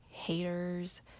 haters